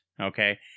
okay